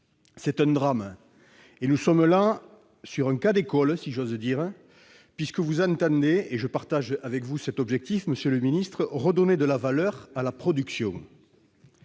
C'est un drame, et nous ne sommes pas là sur un cas d'école, si j'ose dire, puisque vous entendez- je partage avec vous cet objectif, monsieur le ministre -redonner de la valeur à la production.